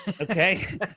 okay